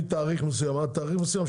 מתאריך מסוים עד תאריך מסוים,